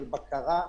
של בקרה,